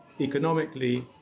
economically